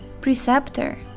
preceptor